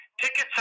Tickets